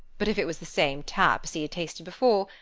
but if it was the same tap as he had tasted before,